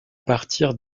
partir